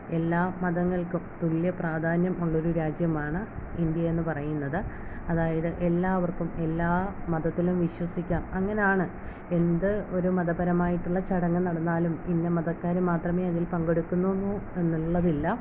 എല്ലാ മതങ്ങൾക്കും തുല്യ പ്രധാന്യമുള്ളൊരു രാജ്യമാണ് ഇന്ത്യ എന്ന് പറയുന്നത് അതായത് എല്ലാവർക്കും എല്ലാ മതത്തിലും വിശ്വസിക്കാം അങ്ങനെയാണ് എന്ത് ഒരു മത പരമായിട്ടുള്ള ചടങ്ങ് നടന്നാലും ഇന്ന മതക്കാർ മാത്രമേ അതിൽ പങ്കെടുക്കുന്നു എന്ന് എന്നുള്ളതില്ല